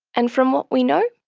and from what we know,